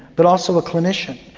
but also a clinician.